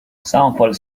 example